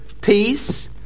peace